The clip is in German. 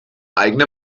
eigene